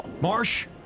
marsh